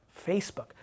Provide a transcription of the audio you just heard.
Facebook